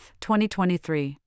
2023